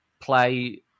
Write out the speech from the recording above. play